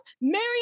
Mary